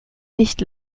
nicht